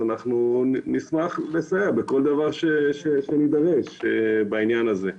נשמח לסייע בכל דבר ובכל שנידרש בעניין הזה.